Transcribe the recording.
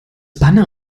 banner